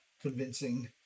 convincing